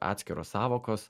atskiros sąvokos